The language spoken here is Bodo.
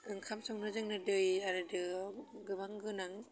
ओंखाम संनो जोंनो दै आरो दोआव गोबां गोनां